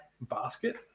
basket